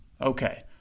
Okay